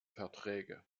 verträge